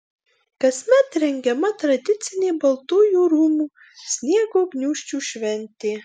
kasmet rengiama tradicinė baltųjų rūmų sniego gniūžčių šventė